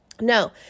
no